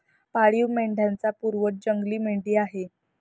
पाळीव मेंढ्यांचा पूर्वज जंगली मेंढी आहे